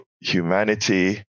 humanity